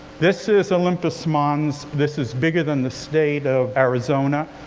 this is olympus mons. this is bigger than the state of arizona.